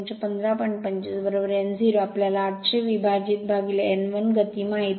25 n 0 आम्हाला 800 विभाजित n 1 गती माहित आहे